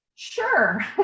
Sure